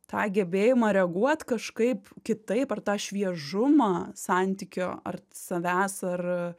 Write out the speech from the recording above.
tą gebėjimą reaguot kažkaip kitaip ar tą šviežumą santykio ar savęs ar